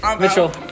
Mitchell